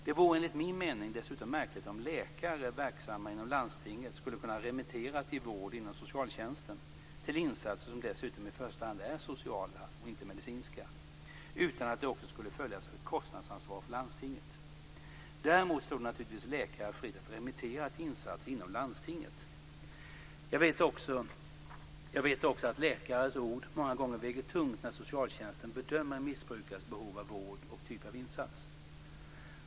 Det vore enligt min mening dessutom märkligt om läkare verksamma inom landstinget skulle kunna remittera till vård inom socialtjänsten - till insatser som dessutom i första hand är sociala, inte medicinska - utan att det också skulle följas av ett kostnadsansvar för landstinget. Däremot står det naturligtvis läkare fritt att remittera till insatser inom landstinget. Jag vet också att läkares ord många gånger väger tungt när socialtjänsten bedömer en missbrukares behov av vård och typ av insats.